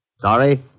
Sorry